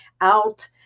out